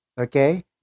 Okay